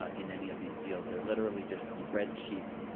ah in any of these deals. they're literally just spreadsheets,